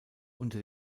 unter